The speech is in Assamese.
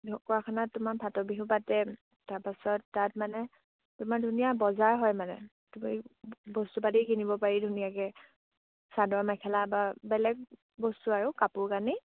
ঢকুৱাখানাত তোমাৰ ভাট বিহু পাতে তাৰপাছত তাত মানে তোমাৰ ধুনীয়া বজাৰ হয় মানে তুমি বস্তু পাতি কিনিব পাৰি ধুনীয়াকে চাদৰ মেখেলা বা বেলেগ বস্তু আৰু কাপোৰ কানি